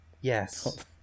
yes